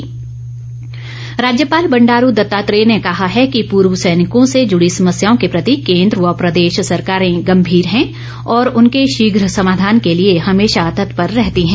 राज्यपाल राज्यपाल बंडारू दत्तात्रेय ने कहा है कि पूर्व सैनिकों से जुड़ी समस्यों के प्रति केन्द्र व प्रदेश सरकारें गंभीर हैं और उनके शीघ समाधान के लिए हमेशा तत्पर रहती हैं